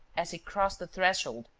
as he crossed the threshold,